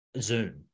Zoom